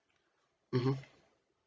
mmhmm